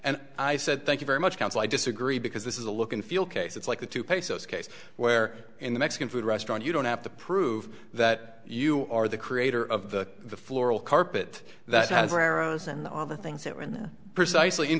and i said thank you very much counsel i disagree because this is a look and feel case it's like the two pesos case where in the mexican food restaurant you don't have to prove that you are the creator of the floral carpet that has arrows and all the things that were precisely in